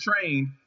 trained